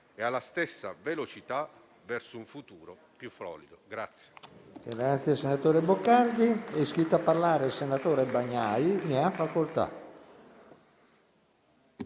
e alla stessa velocità verso un futuro più florido.